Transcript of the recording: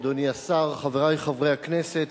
תודה, אדוני השר, חברי חברי הכנסת,